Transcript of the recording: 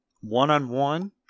One-on-one